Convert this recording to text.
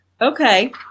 Okay